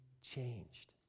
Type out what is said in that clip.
changed